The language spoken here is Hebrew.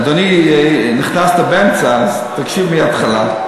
אדוני, נכנסת באמצע, אז תקשיב מההתחלה.